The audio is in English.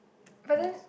but then